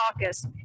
caucus